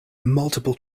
multiple